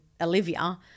Olivia